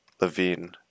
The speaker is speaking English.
levine